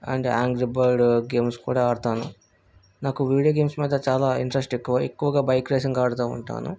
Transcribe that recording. and angry bird games కూడా ఆడుతాను నాకు వీడియో గేమ్స్ మీద చాలా ఇంటరెస్ట్ ఎక్కువ ఎక్కువగా బైక్ రేసింగ్ ఆడుతు ఉంటాను